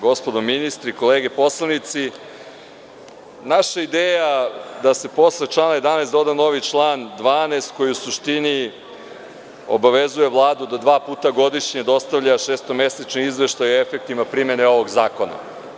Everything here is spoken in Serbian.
Gospodo ministri, kolege poslanici, naša ideja je da se posle člana 11. doda novi član 12, koji u suštini obavezuje Vladu da dva puta godišnje dostavlja šestomesečne izveštaje o efektima primene ovog zakona.